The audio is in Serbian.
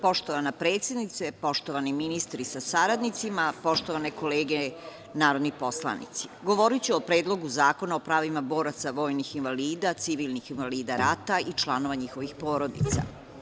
Poštovana predsednice, poštovani ministri sa saradnicima, poštovane kolege narodni poslanici, govoriću o Predlogu zakona o pravima boraca, vojnih invalida, civilnih invalida rata i članova njihovih porodica.